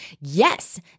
Yes